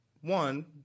one